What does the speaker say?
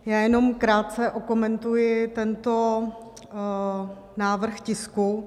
Já jenom krátce okomentuji tento návrh tisku.